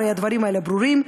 הרי הדברים האלה ברורים.